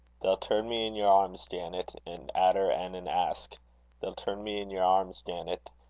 they'll turn me in your arms, janet, an adder and an aske they'll turn me in your arms, janet,